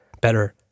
better